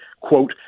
quote